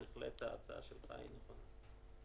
בהחלט ההצעה שלך נכונה.